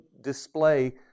display